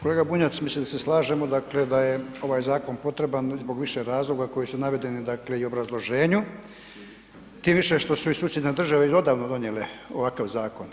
Kolega Bunjac, mislim da se slažemo, dakle, da je ovaj zakon potreban zbog više razloga koji su navedeni, dakle, i u obrazloženju, tim više što su i susjedne države i odavno donijele ovakav zakon.